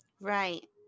Right